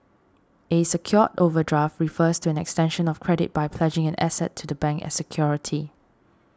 a secured overdraft refers to an extension of credit by pledging an asset to the bank as security